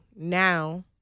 now